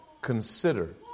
consider